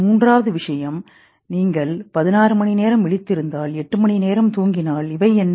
மூன்றாவது விஷயம் நீங்கள் 16 மணி நேரம் விழித்திருந்தால் 8 மணி நேரம் தூங்கினால் இவை என்ன